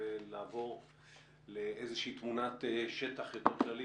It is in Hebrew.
לעבור לאיזושהי תמונת שטח כללית.